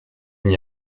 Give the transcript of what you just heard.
n’y